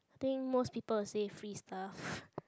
think most people will say free stuff